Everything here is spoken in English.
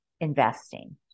investing